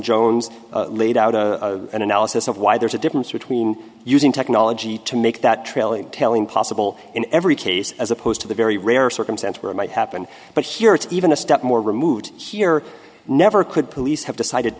jones laid out an analysis of why there's a difference between using technology to make that trailing telling possible in every case as opposed to the very rare circumstance where it might happen but here it's even a step more removed here never could police have decided